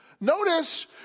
Notice